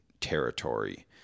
territory